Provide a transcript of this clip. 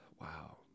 Wow